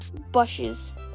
Bushes